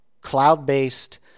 cloud-based